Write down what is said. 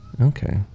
Okay